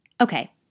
Okay